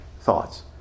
thoughts